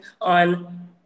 on